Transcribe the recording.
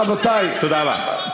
תודה רבה.